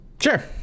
Sure